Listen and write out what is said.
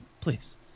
please